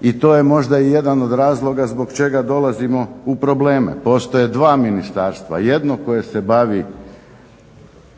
I to je možda i jedan od razloga zbog čega dolazimo u probleme. Postoje dva ministarstva, jedno koje se bavi